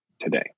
today